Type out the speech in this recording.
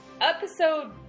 episode